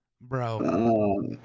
Bro